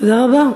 תודה רבה.